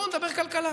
אבל בואו נדבר כלכלה.